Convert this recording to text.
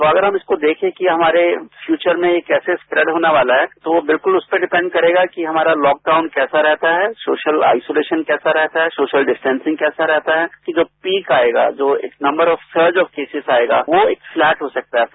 तो अगर हम इसको देखें कि हमारे फ्यूचर में ये कैसे स्प्रेड होने वालाहै तो बिल्क्ल उसपर डिपेंड करेगा कि हमारा लॉकडाउन कैसा रहता है सोशल आइसोलेशन कैसारहता है इसकी जो पीक आएगा जो एक number of surge of cases आएगा वो एक फ्लैट हो सकताहै